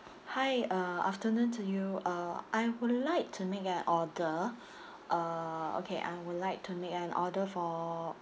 hi uh afternoon to you uh I would like to make an order uh okay I would like to make an order for